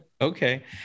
okay